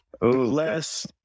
Less